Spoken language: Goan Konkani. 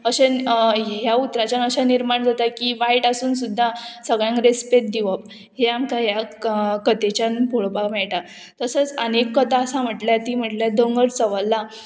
अशें ह्या उतराच्यान अशें निर्माण जाता की वायट आसून सुद्दां सगळ्यांक रेस्पेद दिवप हें आमकां ह्या कथेच्यान पळोपाक मेळटा तसोच आनी एक कथा आसा म्हटल्यार ती म्हटल्यार दोंगर चंवल्ला